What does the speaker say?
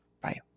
Bye